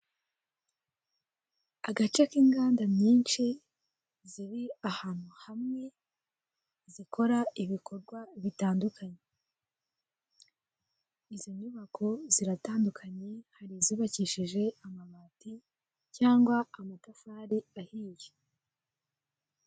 Agace k'inganda nyinshi ziri ahantu hamwe zikora ibikorwa bitandukanye. Izi nyubako ziratandukanye hari izubakishije amabati cyangwa amatafari ahiye.